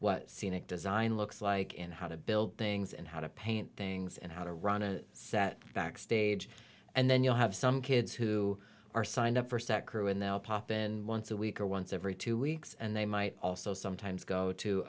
what scenic design looks like and how to build things and how to paint things and how to run a set backstage and then you'll have some kids who are signed up for sat crew and they'll pop in once a week or once every two weeks and they might also sometimes go to